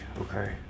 okay